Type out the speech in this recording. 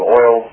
oil